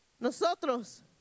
Nosotros